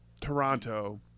Toronto